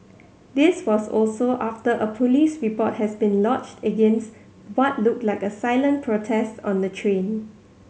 this was also after a police report has been lodged against what looked like a silent protest on the train